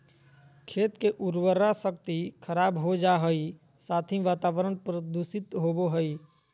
खेत के उर्वरा शक्ति खराब हो जा हइ, साथ ही वातावरण प्रदूषित होबो हइ